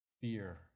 Fear